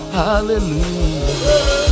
hallelujah